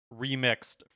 remixed